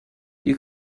you